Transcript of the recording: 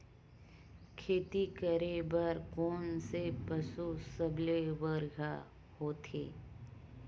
खेती करे बर कोन से पशु सबले बढ़िया होथे?